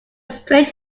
strange